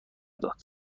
داد